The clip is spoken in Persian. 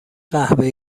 قهوه